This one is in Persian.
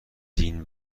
دین